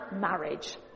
marriage